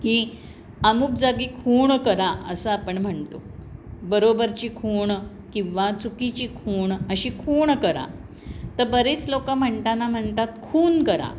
की अमुक जागी खूण करा असं आपण म्हणतो बरोबरची खूण किंवा चुकीची खूण अशी खूण करा तर बरेच लोकं म्हणताना म्हणतात खून करा